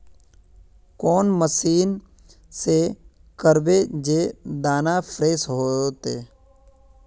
कौन मशीन से करबे जे दाना फ्रेस होते?